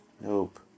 Nope